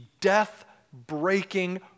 death-breaking